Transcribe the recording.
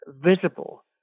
visible